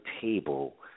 table